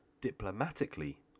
diplomatically